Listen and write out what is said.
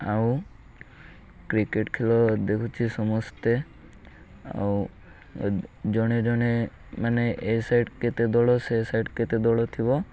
ଆଉ କ୍ରିକେଟ୍ ଖେଳ ଦେଖୁଛିି ସମସ୍ତେ ଆଉ ଜଣେ ଜଣେ ମାନେ ଏ ସାଇଡ଼୍ କେତେ ଦଳ ସେ ସାଇଡ଼୍ କେତେ ଦଳ ଥିବ